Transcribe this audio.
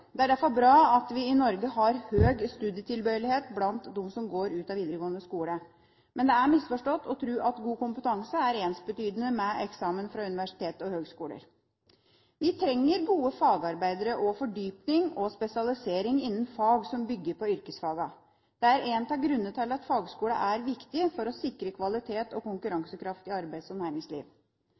Det er derfor bra at vi i Norge har høg studietilbøyelighet blant dem som går ut av videregående skole. Men det er misforstått å tro at god kompetanse er ensbetydende med eksamen fra universiteter og høgskoler. Vi trenger gode fagarbeidere og fordypning og spesialisering innen fag som bygger på yrkesfagene. Det er en av grunnene til at fagskolene er viktig for å sikre kvalitet og konkurransekraft i arbeids- og næringsliv.